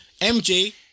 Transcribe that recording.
MJ